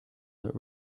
that